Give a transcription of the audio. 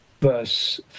verse